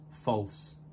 false